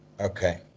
okay